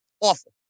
Awful